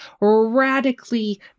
radically